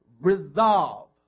Resolve